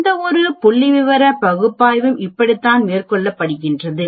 எந்தவொரு புள்ளிவிவர பகுப்பாய்வும் இப்படித்தான் மேற்கொள்ளப்படுகிறது